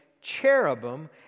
cherubim